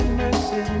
mercy